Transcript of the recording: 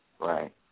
Right